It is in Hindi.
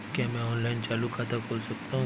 क्या मैं ऑनलाइन चालू खाता खोल सकता हूँ?